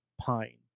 Pine